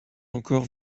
encore